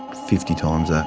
fifty times that.